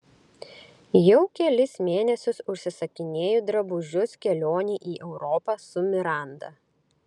jau kelis mėnesius užsisakinėju drabužius kelionei į europą su miranda